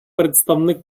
представник